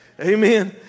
Amen